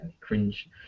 cringe